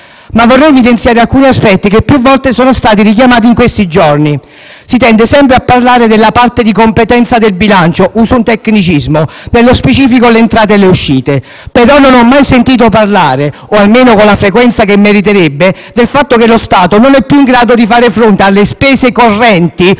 Vorrei evidenziare alcuni aspetti che più volte sono stati richiamati in questi giorni. Si tende sempre a parlare della parte di competenza del bilancio - uso un tecnicismo - e nello specifico delle entrate e delle uscite. Non ho mai sentito parlare, però, o almeno non con la frequenza che meriterebbe, del fatto che lo Stato non è più in grado di fare fronte alle spese correnti